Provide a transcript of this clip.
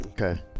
Okay